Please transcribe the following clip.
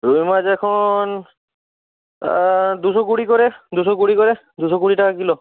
রুই মাছ এখন দুশো কুড়ি করে দুশো কুড়ি করে দুশো কুড়ি টাকা কিলো